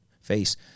face